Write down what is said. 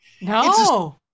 No